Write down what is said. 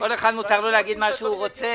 --- כל אחד מותר לו להגיד מה שהוא רוצה,